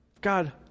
God